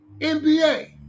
NBA